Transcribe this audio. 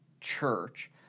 church